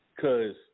Cause